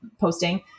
posting